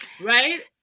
right